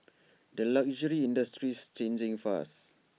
the luxury industry's changing fast